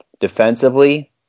Defensively